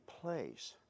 place